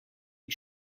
les